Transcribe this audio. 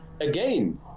again